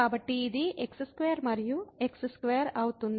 కాబట్టి ఇది x2 మరియు x2 అవుతుంది